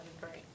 great